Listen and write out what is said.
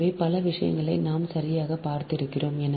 எனவே பல விஷயங்களை நாம் சரியாக பார்த்திருக்கிறோம்